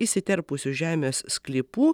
įsiterpusių žemės sklypų